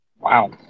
Wow